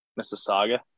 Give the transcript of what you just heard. Mississauga